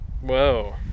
Whoa